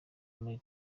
muri